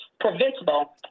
preventable